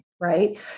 Right